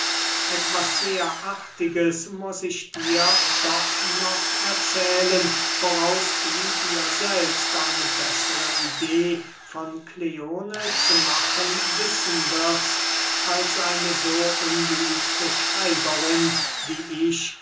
etwas sehr artiges muß ich dir doch noch erzählen woraus du dir selbst eine bessere idee von kleone zu machen wissen wirst als eine so ungeübte schreiberin wie ich